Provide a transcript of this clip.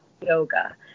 yoga